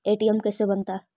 ATM कैसे बनता?